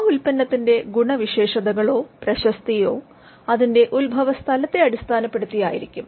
ആ ഉൽപ്പന്നത്തിന്റെ ഗുണവിശേഷതകളോ പ്രശസ്തിയോ അതിന്റെ ഉത്ഭവസ്ഥലത്തെ അടിസ്ഥാനപ്പെടുത്തി അയിരിക്കും